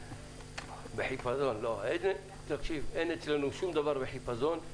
אין אצלנו שום דבר בחיפזון.